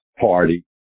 party